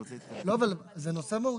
לא, אבל זה נושא מהותי.